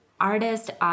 artist